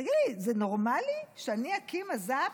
תגידו, זה נורמלי שאני אקים מז"פ?